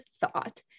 thought